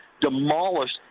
demolished